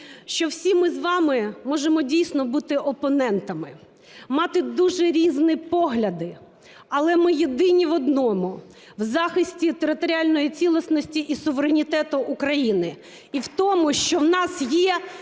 що всі ми з вами можемо дійсно бути опонентами, мати дуже різні погляди, але ми єдині в одному – в захисті територіальної цілісності і суверенітету України, і в тому, що у нас є